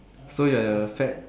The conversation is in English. so you're a fat